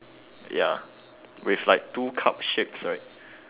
ya with like two cup shapes right